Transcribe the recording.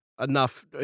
enough